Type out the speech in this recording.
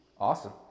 Awesome